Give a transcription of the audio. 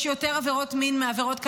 יש יותר עבירות מין מעבירות כלכליות,